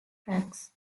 tracks